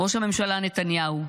ראש הממשלה נתניהו,